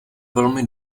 velmi